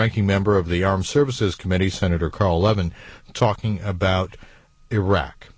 ranking member of the armed services committee senator carl levin talking about iraq